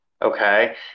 Okay